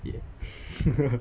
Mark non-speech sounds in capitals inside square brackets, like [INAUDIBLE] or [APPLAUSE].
ya [LAUGHS]